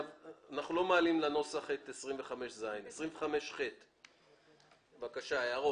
לא מעלים לנוסח את סעיף 25ז. סעיף 25ח. הערות.